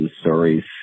stories